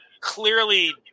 clearly